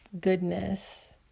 goodness